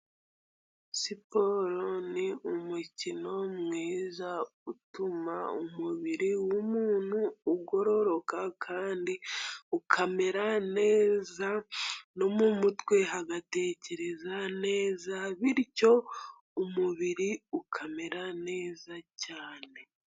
Siporo ni umukino mwiza utuma umubiri w'umuntu ugororoka kandi ukamera neza no mu mutwe hagatekereza neza bityo umubiri ukamera neza cyane.